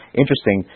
interesting